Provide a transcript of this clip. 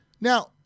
Now